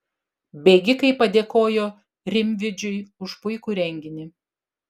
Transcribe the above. bėgikai padėkojo rimvydžiui už puikų renginį